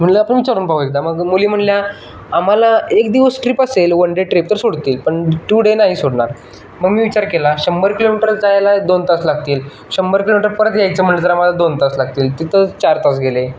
म्हणलं आपण विचारून पाहू एकदा मग मुली म्हणाल्या आम्हाला एक दिवस ट्रिप असेल वन डे ट्रिप तर सोडतील पण टू डे नाही सोडणार मग मी विचार केला शंभर किलोमीटर जायला दोन तास लागतील शंभर किलोमीटर परत यायचं म्हणलं तर आम्हाला दोन तास लागतील तिथं चार तास गेले